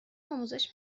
آموزش